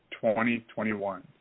2021